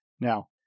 Now